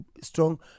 strong